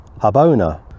habona